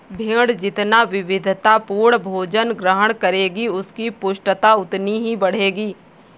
भेंड़ जितना विविधतापूर्ण भोजन ग्रहण करेगी, उसकी पुष्टता उतनी ही बढ़ेगी